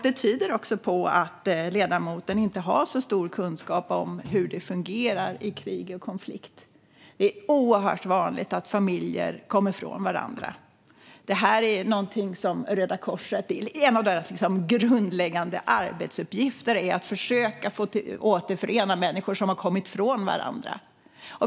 Det tyder också på att ledamoten inte har så stor kunskap om hur det fungerar i krig och konflikt. Det är oerhört vanligt att familjer kommer ifrån varandra. En av Röda Korsets grundläggande arbetsuppgifter är att försöka återförena människor som har kommit ifrån varandra.